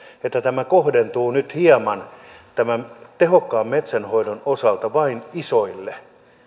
että tämä kohdentuu nyt hieman tämän tehokkaan metsänhoidon osalta vain isoille